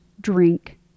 drink